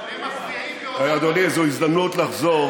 אדוני, זאת הזדמנות לחזור